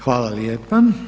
Hvala lijepa.